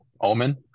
omen